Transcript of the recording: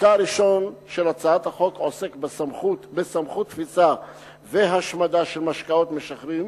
חלקה הראשון של הצעת החוק עוסק בסמכות תפיסה והשמדה של משקאות משכרים.